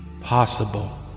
Possible